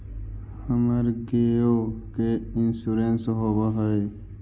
हमर गेयो के इंश्योरेंस होव है?